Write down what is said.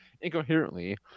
incoherently